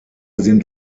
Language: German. sind